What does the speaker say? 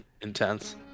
intense